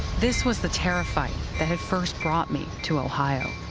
this was the tariff fight that had first brought me to ohio.